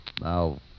Now